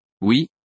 Oui